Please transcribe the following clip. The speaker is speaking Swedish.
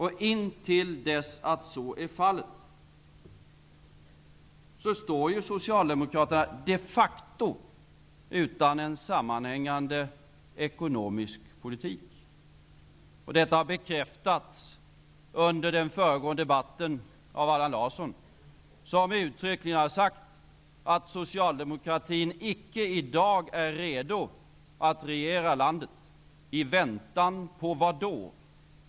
Och intill dess att så är fallet står Socialdemokraterna de facto utan en sammanhängande ekonomisk politik. Detta har bekräftats under den föregående debatten av Allan Larsson, som uttryckligen har sagt att socialdemokratin icke i dag är redo att regera landet. I väntan på vad då?